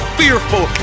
fearful